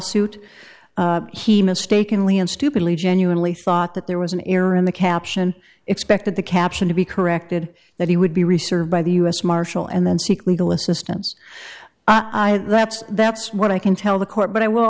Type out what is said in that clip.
suit he mistakenly and stupidly genuinely thought that there was an error in the caption expected the caption to be corrected that he would be researched by the u s marshal and then seek legal assistance i that's that's what i can tell the court but i will